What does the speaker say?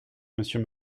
monsieur